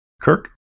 Kirk